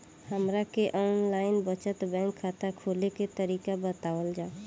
हमरा के online बचत बैंक खाता खोले के तरीका बतावल जाव?